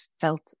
felt